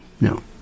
no